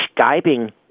Skyping